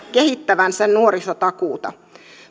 kehittävänsä nuorisotakuuta